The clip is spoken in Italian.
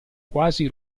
quasi